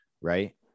Right